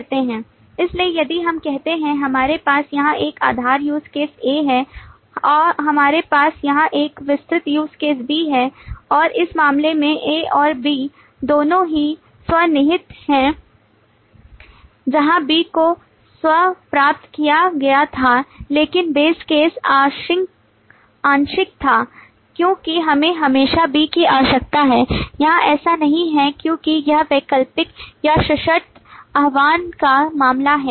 इसलिए यदि हम कहते हैं हमारे पास यहाँ एक आधार use case A है हमारे पास यहां एक विस्तृत use case B है और इस मामले में A और B दोनों ही स्व निहित हैं जहां B को स्व प्राप्त किया गया था लेकिन base केस आंशिक था क्योंकि इसे हमेशा B की आवश्यकता है यहाँ ऐसा नहीं है क्योंकि यह वैकल्पिक या सशर्त आह्वान का मामला है